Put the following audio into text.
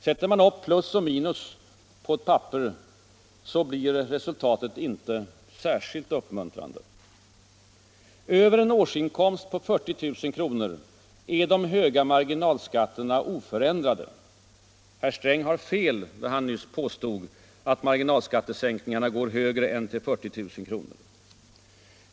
Sätter man upp plus och minus på ett papper, blir resultatet inte särskilt uppmuntrande. Över en årsinkomst av 40 000 kr. är de höga marginalskatterna oförändrade. Herr Sträng har fel, när han nyss påstod att marginalskattesänkningarna går högre än till 40 000 kr.